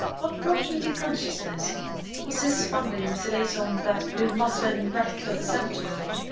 what brought me to consciousness was his fumbling with the lace on that blue muslin relict of a sentiment.